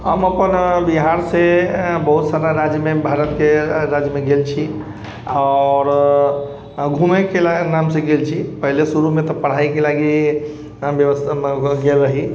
हम अपन बिहार से बहुत सारा राज्यमे भारतके राज्यमे गेल छी आओर घुमेके लै नामसँ गेल छी पहिले शुरूमे तऽ पढ़ाइके लागि गेल रही